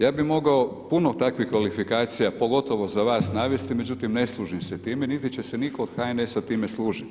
Ja bih mogao puno takvih kvalifikacija, pogotovo za vas navesti, međutim, ne služim se time, niti će se nitko od HNS-a time služiti.